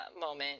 moment